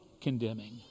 condemning